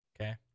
Okay